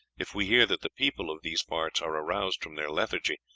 if we hear that the people of these parts are aroused from their lethargy,